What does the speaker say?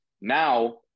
Now